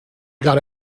got